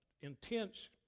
intense